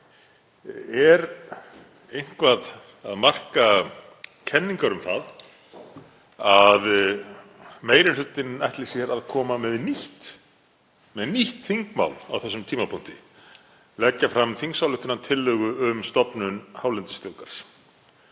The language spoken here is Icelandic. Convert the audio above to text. Er eitthvað að marka kenningar um að meiri hlutinn ætli sér að koma með nýtt þingmál á þessum tímapunkti, leggja fram þingsályktunartillögu um stofnun hálendisþjóðgarðs?